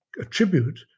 attribute